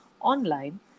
online